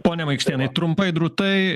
ponia maikštėnai trumpai drūtai